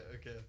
okay